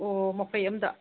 ꯑꯣ ꯃꯐꯩ ꯑꯃꯗ